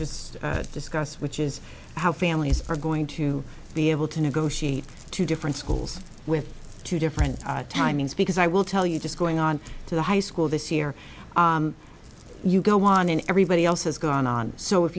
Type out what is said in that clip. just discussed which is how families are going to be able to negotiate two different schools with two different timings because i will tell you just going on to the high school this year you go on and everybody else has gone on so if